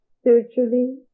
spiritually